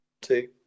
two